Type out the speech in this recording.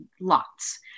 lots